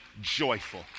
joyful